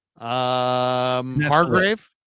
Hargrave